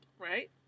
right